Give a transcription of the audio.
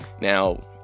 now